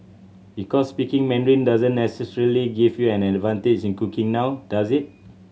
because speaking Mandarin doesn't necessarily give you an advantage in cooking now does it